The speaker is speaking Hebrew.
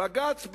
בג"ץ,